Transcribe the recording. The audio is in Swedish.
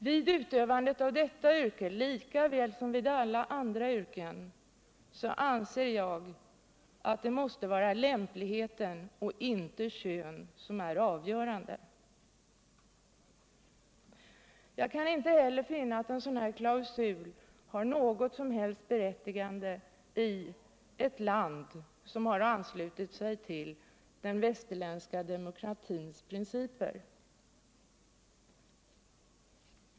Vid utövandet av detta yrke — lika väl som av alla andra yrken — måste det anses vara lämpligheten och inte könet som är avgörande. Jag kan inte heller finna att en sådan här klausul har något som helst berättigande i ett land som anslutit sig till den västerländska demokratins principer.